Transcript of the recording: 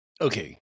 Okay